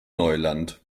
neuland